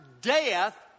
death